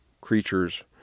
creatures